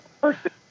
person